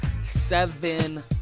Seven